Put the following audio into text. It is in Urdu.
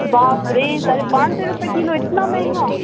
باپ رے ساڑھے پانچ سو روپے کلو اتنا مہنگا